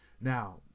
Now